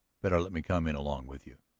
better let me come in along with you.